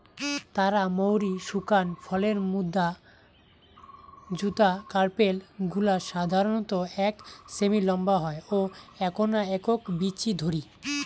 তারা মৌরি শুকান ফলের যুদা কার্পেল গুলা সাধারণত এক সেমি নম্বা হয় ও এ্যাকনা একক বীচি ধরি